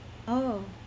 oh